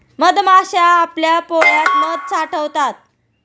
मधमाश्या आपल्या पोळ्यात मध साठवतात